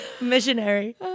Missionary